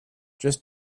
just